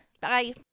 bye